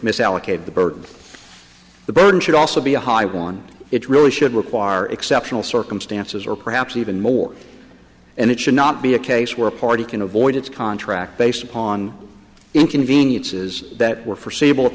misallocated the birth the burden should also be a high one it really should require exceptional circumstances or perhaps even more and it should not be a case where a party can avoid its contract based upon inconveniences that were forseeable at